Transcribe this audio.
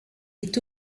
est